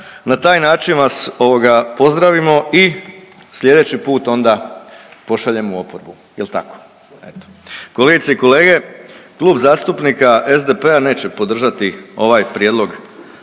na taj način vas, ovoga, pozdravimo i sljedeći put onda pošaljemo u oporbu. Je li tako? Eto. Kolegice i kolege, Kluba zastupnika SDP-a neće podržati ovaj prijedlog